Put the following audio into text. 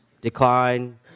decline